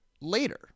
later